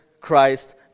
Christ